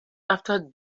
after